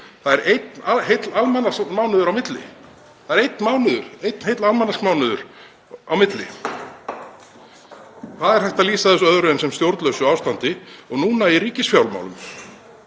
Það er einn heill almanaksmánuður á milli. Hvernig er hægt að lýsa þessu öðruvísi en sem stjórnlausu ástandi og núna í ríkisfjármálum?